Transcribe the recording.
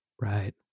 Right